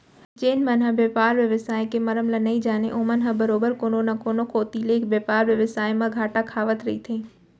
जेन मन ह बेपार बेवसाय के मरम ल नइ जानय ओमन ह बरोबर कोनो न कोनो कोती ले बेपार बेवसाय म घाटा खावत रहिथे